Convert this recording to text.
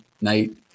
night